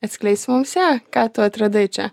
atskleisi mums ją ką tu atradai čia